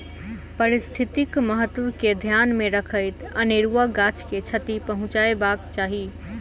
पारिस्थितिक महत्व के ध्यान मे रखैत अनेरुआ गाछ के क्षति पहुँचयबाक चाही